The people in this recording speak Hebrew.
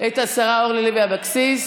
השרה אורלי לוי אבקסיס,